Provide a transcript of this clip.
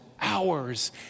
hours